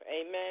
Amen